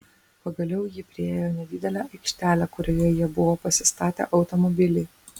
pagaliau ji priėjo nedidelę aikštelę kurioje jie buvo pasistatę automobilį